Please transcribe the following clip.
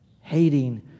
Hating